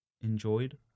enjoyed